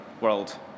world